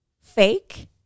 fake